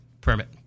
permit